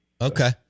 Okay